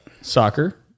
soccer